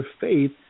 faith